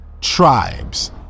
tribes